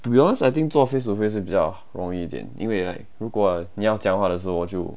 to be honest I think 做 face to face 会比较容易一点因为 like 如果你要讲话的时候我就